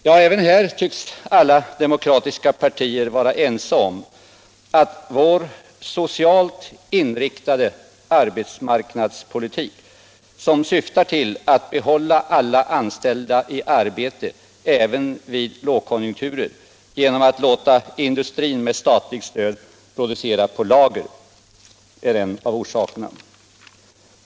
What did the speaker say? Ja, även på denna punkt tycks alla demokratiska partier vara ense: Vår socialt inriktade arbetsmarknadspolitik, som syftar till att behålla alla anställda i arbete även vid lågkonjunkturer genom att låta industrin med statligt stöd producera för lager, är en av orsakerna.